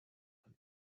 and